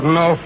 no